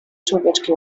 człowieczki